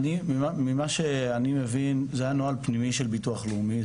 ממה שאני מבין זה היה נוהל פנימי של ביטוח לאומי,